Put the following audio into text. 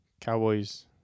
Cowboys